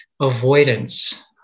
avoidance